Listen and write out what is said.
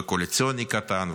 וקואליציוני קטן,